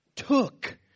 took